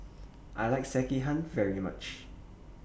I like Sekihan very much